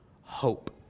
hope